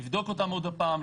לבדוק אותם עוד פעם,